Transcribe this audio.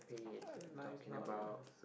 ah nice